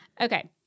Okay